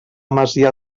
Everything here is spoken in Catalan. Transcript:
masia